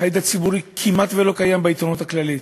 ההד הציבורי כמעט שלא קיים בעיתונות הכללית.